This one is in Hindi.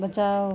बचाओ